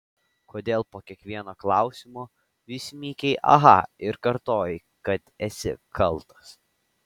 kodėl po kiekvieno klausimo vis mykei aha ir kartojai kad esi kaltas